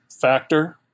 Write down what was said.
factor